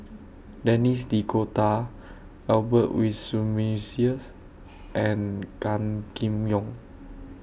Denis D'Cotta Albert Winsemius and Gan Kim Yong